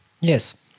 Yes